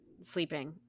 sleeping